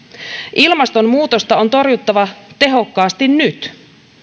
ilmastonmuutosta on torjuttava tehokkaasti nyt